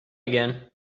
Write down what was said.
again